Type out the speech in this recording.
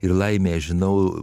ir laimė aš žinau